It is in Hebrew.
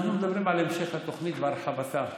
אנחנו מדברים על המשך התוכנית והרחבתה.